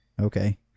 Okay